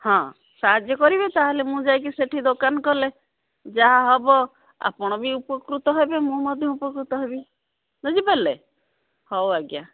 ହଁ ସାହାଯ୍ୟ କରିବେ ତା'ହେଲେ ମୁଁ ଯାଇକି ସେଠି ଦୋକାନ କଲେ ଯାହା ହବ ଆପଣ ବି ଉପକୃତ ହେବେ ମୁଁ ମଧ୍ୟ ଉପକୃତ ହେବି ବୁଝିପାରିଲେ ହଉ ଆଜ୍ଞା